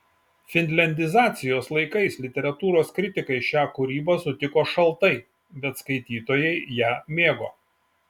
finliandizacijos laikais literatūros kritikai šią kūrybą sutiko šaltai bet skaitytojai ją mėgo